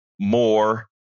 more